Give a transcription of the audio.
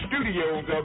studios